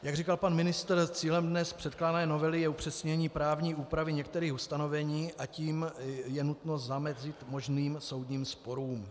Jak říkal pan ministr, cílem dnes předkládané novely je upřesnění právní úpravy některých ustanovení, a tím je nutno zamezit možným soudním sporům.